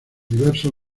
diversos